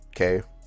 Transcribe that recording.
Okay